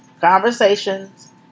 Conversations